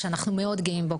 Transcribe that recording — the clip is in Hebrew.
שאנחנו מאוד גאים בו,